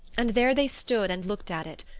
and there they stood and looked at it,